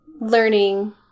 learning